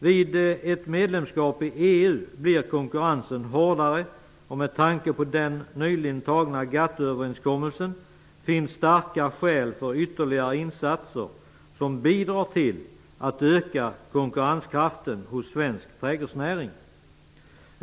Vid ett medlemskap i EU blir konkurrensen hårdare. Med tanke på den nyligen antagna GATT-överenskommelsen finns det starka skäl för ytterligare insatser som bidrar till ökad konkurrenskraft hos svensk trädgårdsnäring.